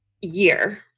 year